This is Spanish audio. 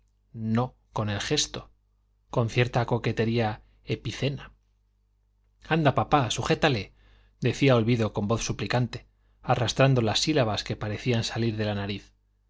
no con el gesto con cierta coquetería epicena anda papá sujétale decía olvido con voz suplicante arrastrando las sílabas que parecían salir de la nariz